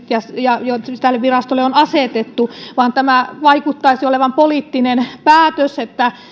ja tälle virastolle on asetettu vaan tämä vaikuttaisi olevan poliittinen päätös että